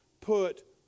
put